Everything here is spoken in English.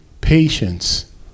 Patience